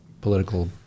political